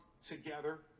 together